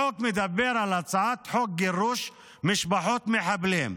החוק מדבר על הצעת חוק גירוש משפחות מחבלים.